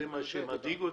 זה מה שמדאיג אותי,